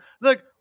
look